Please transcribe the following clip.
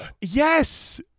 Yes